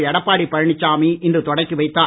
எடப்பாடி பழனிசாமி இன்று தொடக்கி வைத்தார்